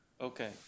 Okay